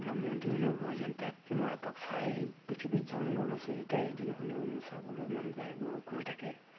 সেইবিলাক মন্দিৰলৈ গৈ যেন তাত মই এপাক চাই আহিম পৃথিৱীত জন্ম লৈছোঁ যেতিয়া এদিন হ'লেও মোৰ চাবলৈ মন যায় গৈ থাকে